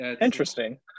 Interesting